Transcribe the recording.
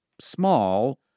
small